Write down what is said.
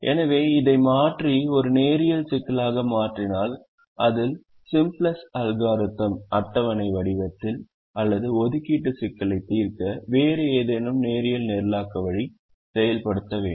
எனவே இதை மாற்றி ஒரு நேரியல் சிக்கலாக மாற்றினால் அதில் சிம்ப்ளக்ஸ் அல்காரிதம் அட்டவணை வடிவத்தில் அல்லது ஒதுக்கீட்டு சிக்கலை தீர்க்க வேறு ஏதேனும் நேரியல் நிரலாக்க வழி செயல்படுத்த வேண்டும்